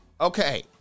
Okay